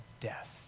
death